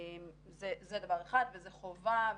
זה דבר אחד וזה חובה,